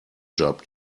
job